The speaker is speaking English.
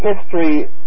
history